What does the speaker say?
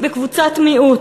בקבוצת מיעוט.